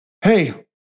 Hey